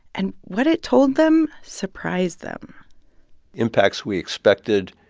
and what it told them surprised them impacts we expected,